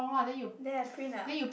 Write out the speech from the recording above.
then I print a